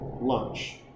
lunch